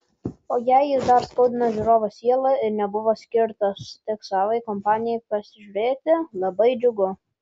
o jei jis dar skaudina žiūrovo sielą ir nebuvo skirtas tik savai kompanijai pasižiūrėti labai džiugu